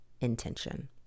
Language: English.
intention